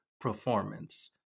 performance